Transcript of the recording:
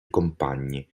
compagni